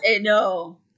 No